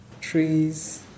trees